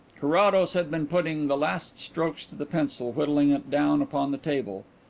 carrados had been putting the last strokes to the pencil, whittling it down upon the table.